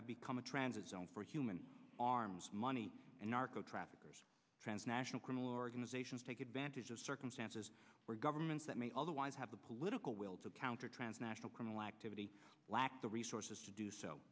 have become a transit zone for human arms money and narco traffickers transnational criminal organizations take advantage of circumstances where governments that may otherwise have the political will to counter transnational criminal activity lack the resources to do so